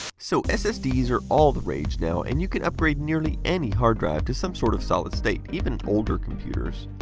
so, ssd are all the rage now, and you can upgrade nearly any hard drive to some sort of solid state, even older computers.